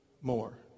more